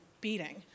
beating